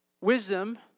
wisdom